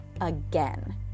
again